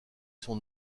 son